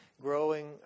Growing